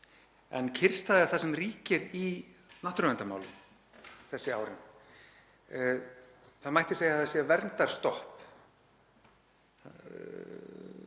En kyrrstaða er það sem ríkir í náttúruverndarmálum þessi árin. Það mætti segja að það sé verndarstopp.